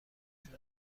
جون